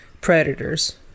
predators